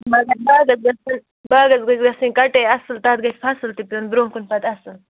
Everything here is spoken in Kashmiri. مگر باغس گژھ باغس گژھ گژھٕنۍ کٹٲے اَصٕل تَتھ گَژھِ فصٕل تہِ پیُن برونٛہہ کُن پَتہٕ اَصٕل